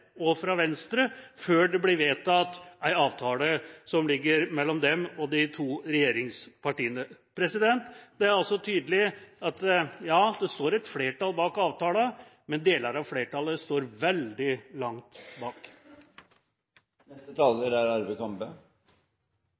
budsjettforslag fra Kristelig Folkeparti og fra Venstre før det blir vedtatt en avtale som foreligger mellom dem og de to regjeringspartiene. Det er altså tydelig at ja, det står et flertall bak avtalen, men deler av flertallet står veldig langt